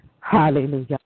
Hallelujah